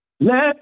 Let